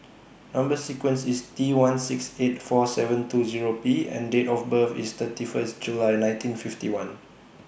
Number sequence IS T one six eight four seven two Zero P and Date of birth IS thirty First of July nineteen fifty one